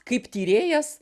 kaip tyrėjas